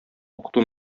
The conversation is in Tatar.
укыту